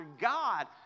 God